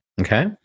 Okay